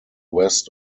west